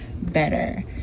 better